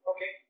Okay